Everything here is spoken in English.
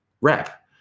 wrap